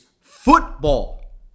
football